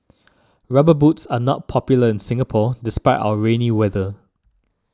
rubber boots are not popular in Singapore despite our rainy weather